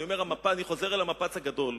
אני חוזר אל המפץ הגדול.